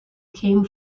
came